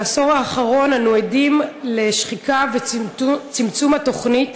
בעשור האחרון אנו עדים לשחיקה ולצמצום התוכנית,